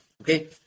Okay